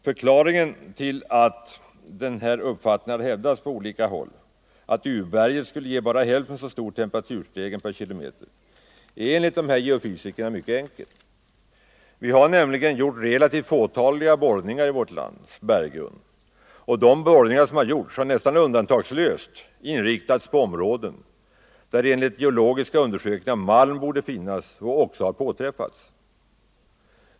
Förklaringen till att den uppfattningen på olika håll hävdats att urberget skulle ge bara hälften så stor temperaturstegring per kilometer är enligt nyssnämnda geofysiker mycket enkel. Vi har nämligen gjort relativt fåtaliga borrningar i vårt lands berglager, och de borrningar som har gjorts 41 har nästan undantagslöst inriktats på områden där enligt geologiska undersökningar malm borde finnas och också har påträffats.